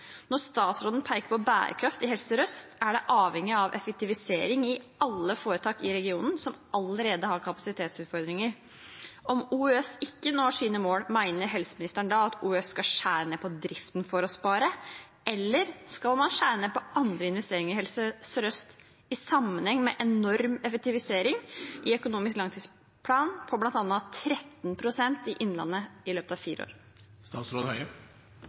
Når statsråden peker på bærekraft i Helse Sør-Øst, er det avhengig av effektivisering i alle foretak i regionen, som allerede har kapasitetsutfordringer. Om OUS ikke når sine mål, mener helseministeren da at OUS skal skjære ned på driften for å spare, eller skal man skjære ned på andre investeringer i Helse Sør-Øst, i sammenheng med en enorm effektivisering i økonomisk langtidsplan på bl.a. 13 pst. i Innlandet i løpet av fire